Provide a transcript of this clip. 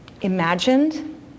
imagined